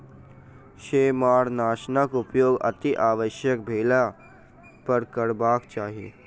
सेमारनाशकक प्रयोग अतिआवश्यक भेलहि पर करबाक चाही